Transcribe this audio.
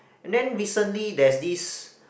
and then recently there's this